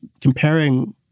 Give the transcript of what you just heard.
comparing